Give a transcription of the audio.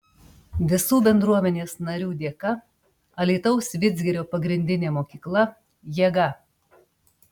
visų bendruomenės narių dėka alytaus vidzgirio pagrindinė mokykla jėga